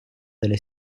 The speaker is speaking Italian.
delle